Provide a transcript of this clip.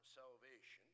salvation